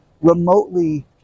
remotely